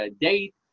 date